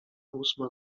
ósma